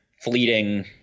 fleeting